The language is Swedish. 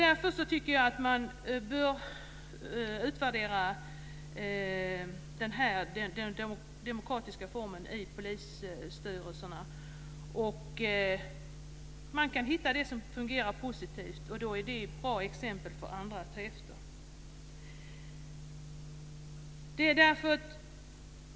Därför tycker jag att den demokratiska formen i polisstyrelserna bör utvärderas för att se om det går att hitta någonting som fungerar positivt. Det är i så fall ett bra exempel för andra att ta efter.